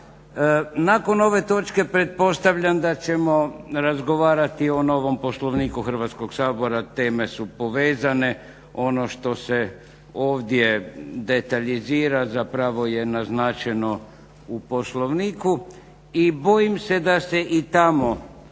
Nakon ove točke pretpostavljam da ćemo razgovarati o novom Poslovniku Hrvatskog sabora. Teme su povezane. Ono što se ovdje detaljizira zapravo je naznačeno u Poslovniku. I bojim se da se i tamo